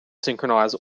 synchronize